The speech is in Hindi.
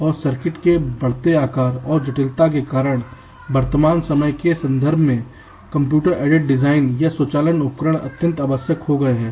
और सर्किट के बढ़ते आकार और जटिलता के कारण वर्तमान समय के संदर्भ में कंप्यूटर एडेड डिजाइन या स्वचालन उपकरण अत्यंत आवश्यक हो गए हैं